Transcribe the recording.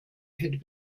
had